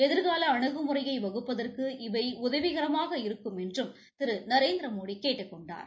ஏதிர்கால அனுகுமுறையை வகுப்பதற்கு இவை உதவிகரமாக இருக்கும் என்றும் திரு நரேந்திரமோடி கேட்டுக் கொண்டார்